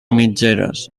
mitgeres